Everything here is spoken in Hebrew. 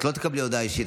את לא תקבלי הודעה אישית.